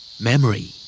Memory